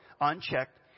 unchecked